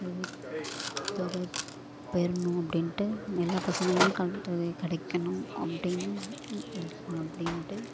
கல்வித்தொகை பெறணும் அப்படின்ட்டு எல்லா பசங்களுமே கல்வித்தொகை கிடைக்கணும் அப்படின்னு அப்படின்ட்டு